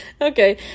Okay